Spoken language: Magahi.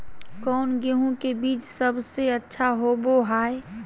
कौन गेंहू के बीज सबेसे अच्छा होबो हाय?